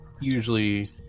usually